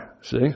See